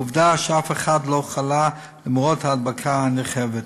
עובדה שאף אחד לא חלה למרות ההדבקה הנרחבת.